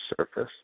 surface